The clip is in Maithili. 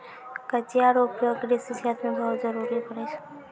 कचिया रो उपयोग कृषि क्षेत्र मे बहुत जरुरी पड़ै छै